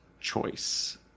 choice